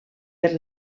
per